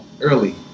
early